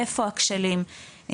איפה הכשלים,